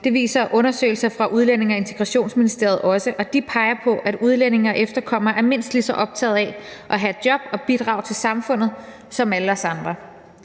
Det viser undersøgelser fra Udlændinge- og Integrationsministeriet også. De peger på, at udlændinge og efterkommere er mindst lige så optaget af at have et job og bidrage til samfundet som alle os andre.